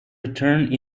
return